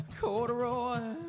Corduroy